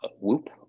WHOOP